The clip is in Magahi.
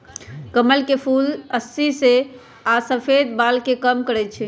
कमल के फूल रुस्सी आ सफेद बाल के कम करई छई